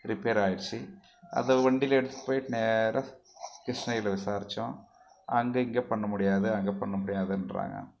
repair ஆகிருச்சி அதை வண்டியில் எடுத்துகிட்டு போய்விட்டு நேராக கிருஷ்ணகிரியில் விசாரித்தோம் அங்கே இங்கே பண்ண முடியாது அங்கே பண்ண முடியாதுங்றாங்க